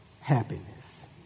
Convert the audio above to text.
happiness